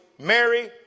Mary